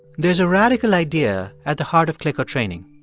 there's a radical idea at the heart of clicker training.